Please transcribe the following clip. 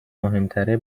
مهمتره